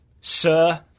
Sir